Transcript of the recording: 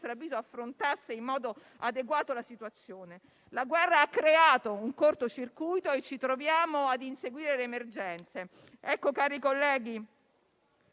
avviso - affrontasse in modo adeguato la situazione. La guerra ha creato un cortocircuito e ci troviamo ad inseguire le emergenze. Cari colleghi,